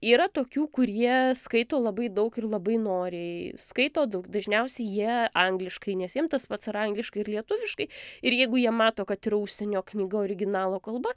yra tokių kurie skaito labai daug ir labai noriai skaito daug dažniausiai jie angliškai nes jiem tas pats ar angliškai ar lietuviškai ir jeigu jie mato kad yra užsienio knyga originalo kalba